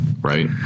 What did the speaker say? right